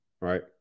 right